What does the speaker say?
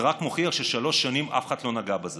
זה רק מוכיח ששלוש שנים אף אחד לא נגע בזה